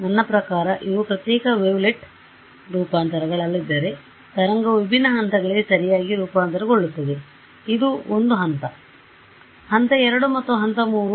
ನನ್ನ ಪ್ರಕಾರ ಇವು ಪ್ರತ್ಯೇಕ ವೇವ್ಲೆಟ್ ರೂಪಾಂತರಗಳಲ್ಲದಿದ್ದರೆ ತರಂಗವು ವಿಭಿನ್ನ ಹಂತಗಳಿಗೆ ಸರಿಯಾಗಿ ರೂಪಾಂತರಗೊಳ್ಳುತ್ತದೆ ಆದ್ದರಿಂದ ಇದು ಒಂದು ಹಂತ 1 ಹಂತ 2 ಮತ್ತು ಹಂತ 3